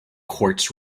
quartz